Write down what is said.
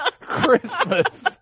Christmas